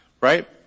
right